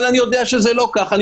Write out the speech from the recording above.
אבל אני יודע שזה לא ככה.